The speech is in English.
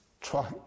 try